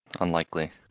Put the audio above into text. Unlikely